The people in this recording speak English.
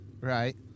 right